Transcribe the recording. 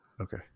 okay